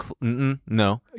No